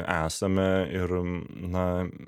esame ir na